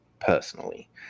personally